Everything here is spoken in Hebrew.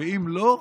ואם לא,